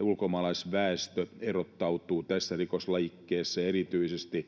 ulkomaalaisväestö erottautuu tässä rikoslajikkeessa erityisesti.